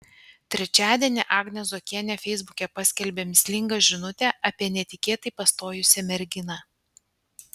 trečiadienį agnė zuokienė feisbuke paskelbė mįslingą žinutę apie netikėtai pastojusią merginą